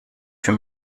für